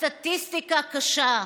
הסטטיסטיקה קשה: